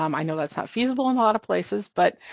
um i know that's not feasible in a lot of places but,